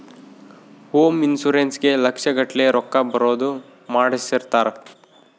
home insurance ಗೇ ಲಕ್ಷ ಗಟ್ಲೇ ರೊಕ್ಕ ಬರೋದ ಮಾಡ್ಸಿರ್ತಾರ